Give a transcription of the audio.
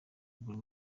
buri